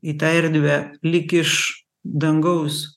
į tą erdvę lyg iš dangaus